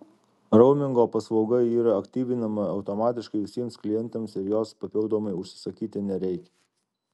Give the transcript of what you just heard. raumingo paslauga yra aktyvinama automatiškai visiems klientams ir jos papildomai užsisakyti nereikia